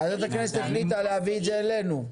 ועדת הכנסת החליטה להביא את זה אלינו.